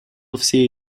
все